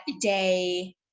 day